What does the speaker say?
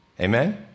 Amen